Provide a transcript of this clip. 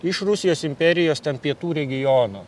iš rusijos imperijos ten pietų regiono